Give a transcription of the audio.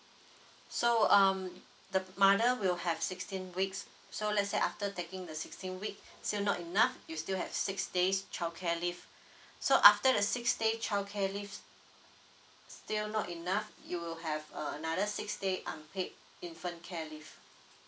so um the mother will have sixteen weeks so let's say after taking the sixteen week still not enough you still have six days childcare leave so after that six day childcare leave still not enough you will have a another six days unpaid infant care leave